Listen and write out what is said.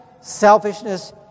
selfishness